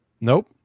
Nope